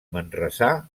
manresà